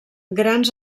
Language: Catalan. grans